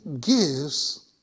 gives